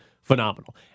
phenomenal